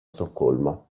stoccolma